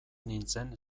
nintzen